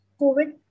COVID